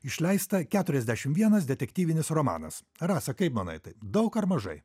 išleista keturiasdešim vienas detektyvinis romanas rasa kaip manai tai daug ar mažai